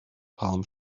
palm